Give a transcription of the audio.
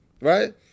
right